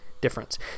difference